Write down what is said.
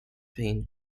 pain